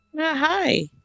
Hi